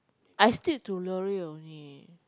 I stick to L'oreal only